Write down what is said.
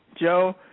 Joe